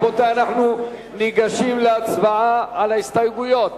רבותי, אנחנו ניגשים להצבעה על ההסתייגויות.